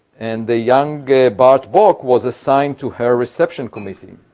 and the young bart bok was assigned to her reception committee.